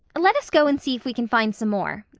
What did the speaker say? let us go and see if we can find some more,